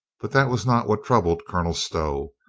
but that was not what troubled colonel stow.